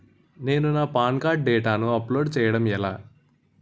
నేను నా PAN card డేటాను అప్లోడ్ చేయడం ఎలా?